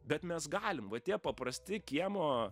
bet mes galim va tie paprasti kiemo